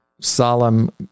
Solemn